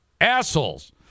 Assholes